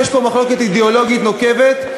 יש פה מחלוקת אידיאולוגית נוקבת,